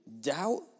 doubt